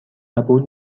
قبول